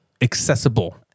accessible